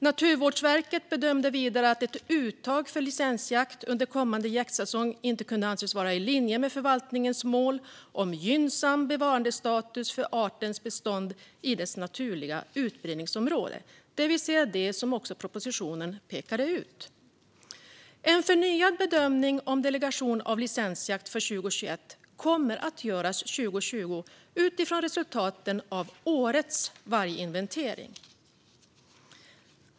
Naturvårdsverket bedömde vidare att ett uttag för licensjakt under kommande jaktsäsong inte kunde anses vara i linje med förvaltningens mål om gynnsam bevarandestatus för artens bestånd i dess naturliga utbredningsområde, det vill säga det som också pekades ut i propositionen. En förnyad bedömning om delegation av licensjakt för 2021 kommer att göras 2020 utifrån resultaten av årets varginventering.